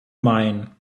mine